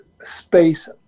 space